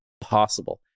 possible